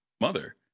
mother